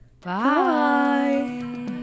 bye